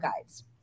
guides